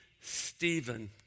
Stephen